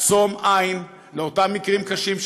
לעצום עיניים לאותם מקרים קשים,